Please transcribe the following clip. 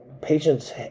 patients